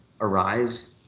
arise